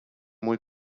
muy